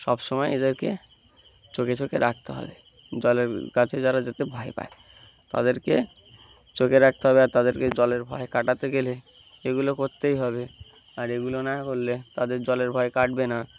সব সমময় এদেরকে চোখে চোখে রাখতে হবে জলের কাছে যারা যেতে ভয় পায় তাদেরকে চোখে রাখতে হবে আর তাদেরকে জলের ভয় কাটাতে গেলে এগুলো করতেই হবে আর এগুলো না করলে তাদের জলের ভয় কাটবে না